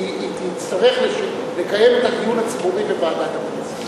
היא תצטרך לקיים את הדיון הציבורי בוועדת הכנסת.